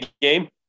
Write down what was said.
game